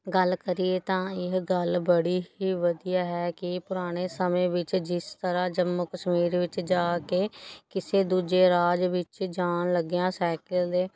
ਗੱਲ ਕਰੀਏ ਤਾਂ ਇਹ ਗੱਲ ਬੜੀ ਹੀ ਵਧੀਆ ਹੈ ਕਿ ਪੁਰਾਣੇ ਸਮੇਂ ਵਿੱਚ ਜਿਸ ਤਰ੍ਹਾਂ ਜੰਮੂ ਕਸ਼ਮੀਰ ਵਿੱਚ ਜਾ ਕੇ ਕਿਸੇ ਦੂਜੇ ਰਾਜ ਵਿੱਚ ਜਾਣ ਲੱਗਿਆਂ ਸਾਈਕਲ ਦੇ